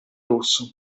rosso